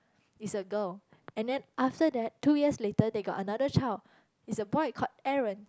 is a girl and then after that two years later they got another child is a boy called Aaron